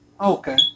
Okay